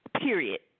Period